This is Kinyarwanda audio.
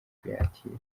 kuyakira